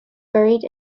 buried